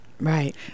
right